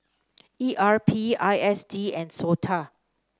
E R P I S D and SOTA